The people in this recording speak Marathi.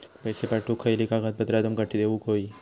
पैशे पाठवुक खयली कागदपत्रा तुमका देऊक व्हयी?